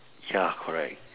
ya correct